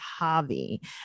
Javi